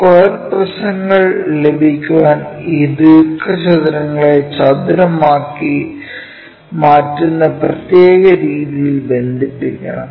square പ്രിസങ്ങൾ ലഭിക്കാൻ ഈ ദീർഘചതുരങ്ങളെ ചതുരമാക്കി മാറ്റുന്ന രീതിയിൽ ബന്ധിപ്പിക്കണം